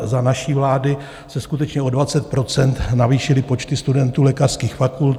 Za naší vlády se skutečně o 20 % navýšily počty studentů lékařských fakult.